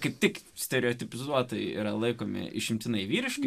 kaip tik stereotipizuotai yra laikomi išimtinai vyriška